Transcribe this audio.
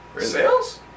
sales